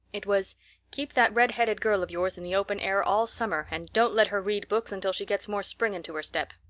it was keep that redheaded girl of yours in the open air all summer and don't let her read books until she gets more spring into her step.